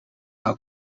nka